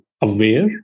aware